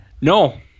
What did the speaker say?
No